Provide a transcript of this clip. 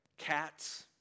Cats